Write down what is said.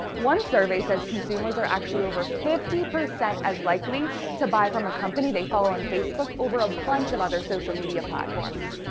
one survey says consumers are actually over fifty percent as likely to buy from a company they follow on facebook over a bunch of other social media platforms.